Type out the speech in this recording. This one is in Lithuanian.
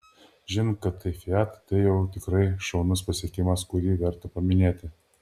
žinant kad tai fiat tai jau tikrai šaunus pasiekimas kurį verta paminėti